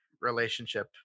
relationship